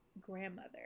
grandmother